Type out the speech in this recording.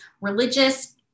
religious